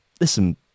listen